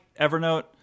Evernote